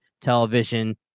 television